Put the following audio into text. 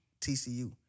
TCU